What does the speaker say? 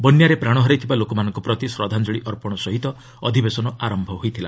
ବନ୍ୟାରେ ପ୍ରାଣ ହରାଇଥିବା ଲୋକମାନଙ୍କ ପ୍ରତି ଶ୍ରଦ୍ଧାଞ୍ଜଳି ଅର୍ପଣ ସହିତ ଅଧିବେଶନ ଆରମ୍ଭ ହୋଇଥିଲା